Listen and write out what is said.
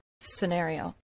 scenario